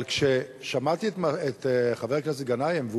אבל כששמעתי את חבר הכנסת גנאים,